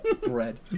Bread